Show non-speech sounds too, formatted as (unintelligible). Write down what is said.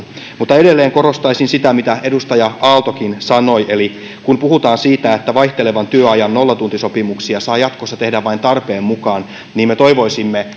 mutta edelleen korostaisin sitä mitä edustaja aaltokin sanoi että kun puhutaan siitä että vaihtelevan työajan nollatuntisopimuksia saa jatkossa tehdä vain tarpeen mukaan niin me toivoisimme (unintelligible)